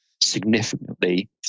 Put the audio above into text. significantly